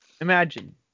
Imagine